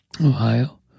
Ohio